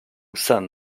sen